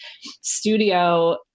studio